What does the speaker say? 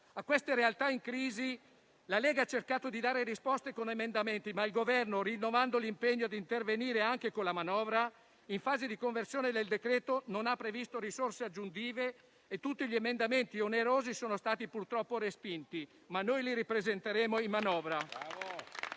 A queste realtà in crisi la Lega ha cercato di dare risposte con emendamenti, ma il Governo, rinnovando l'impegno di intervenire anche con la manovra, in fase di conversione del decreto non ha previsto risorse aggiuntive e tutti gli emendamenti onerosi sono stati purtroppo respinti. Noi, però, li ripresenteremo in manovra.